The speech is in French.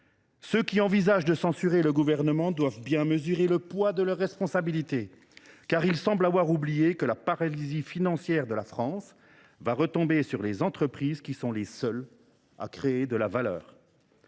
Ceux qui envisagent de censurer le Gouvernement doivent bien mesurer le poids de leur responsabilité, car ils semblent avoir oublié que la paralysie financière de la France retombera sur les entreprises, qui sont les seules à créer de la valeur.